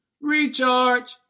recharge